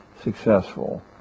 successful